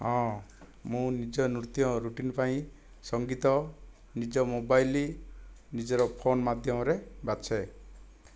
ହଁ ମୁଁ ନିଜ ନୃତ୍ୟ ରୁଟିନ୍ ପାଇଁ ସଙ୍ଗୀତ ନିଜ ମୋବାଇଲ୍ ନିଜର ଫୋନ୍ ମାଧ୍ୟମରେ ବାଛେ